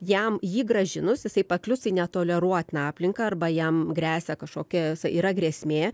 jam jį grąžinus jisai paklius į netoleruotiną aplinką arba jam gresia kažkokia yra grėsmė